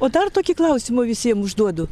o dar tokį klausimą visiem užduodu